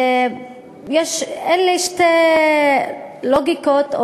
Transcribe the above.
אלה שתי לוגיקות,